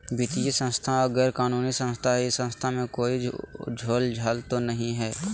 वित्तीय संस्था गैर कानूनी संस्था है इस संस्था में कोई झोलझाल तो नहीं है?